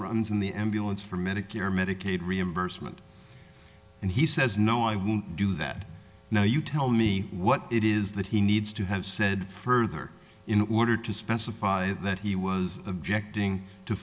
runs in the ambulance for medicare medicaid reimbursement and he says no i won't do that now you tell me what it is that he needs to have said further in order to specify that he was objecting to